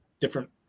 different